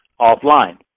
offline